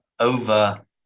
over